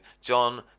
John